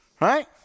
Right